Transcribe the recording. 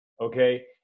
Okay